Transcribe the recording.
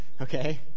okay